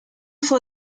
fue